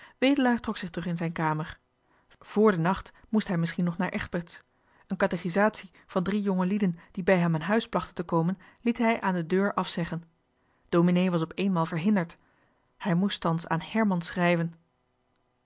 wedelaar trok zich terug in zijn kamer vr den johan de meester de zonde in het deftige dorp nacht moest hij misschien nog naar egberts een katechisatie van drie jongelieden die bij hem aan huis plachten te komen liet hij aan de deur afzeggen dominee was op eenmaal verhinderd hij moest thans aan herman schrijven